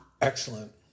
Excellent